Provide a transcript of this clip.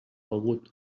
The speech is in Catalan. begut